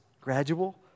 gradual